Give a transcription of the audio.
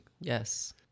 Yes